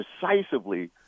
decisively